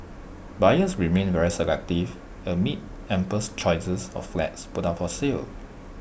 buyers remain very selective amid ample choices of flats put up for sale